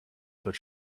but